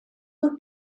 who